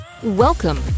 Welcome